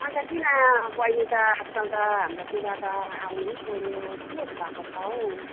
अन्त किन बहिनी त आजकल त हाम्रोतिर त आउनै छोड्यो के भएको छ हौ